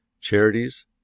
Charities